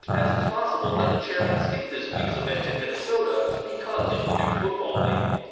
as it's possible that the chairman skipped this week's event in minnesota because of the new football league.